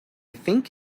think